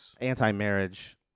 anti-marriage